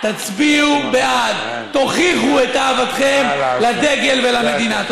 תצביעו בעד, תוכיחו את אהבתכם לדגל ולמדינה.